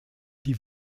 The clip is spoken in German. die